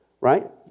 right